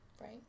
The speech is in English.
Right